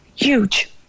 Huge